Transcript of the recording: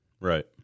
Right